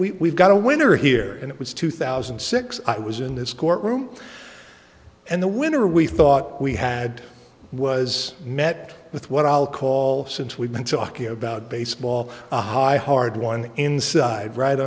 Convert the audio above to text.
we got a winner here and it was two thousand and six i was in this courtroom and the winner we thought we had was met with what i'll call since we've been talking about baseball the high hard one inside right